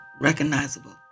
recognizable